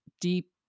deep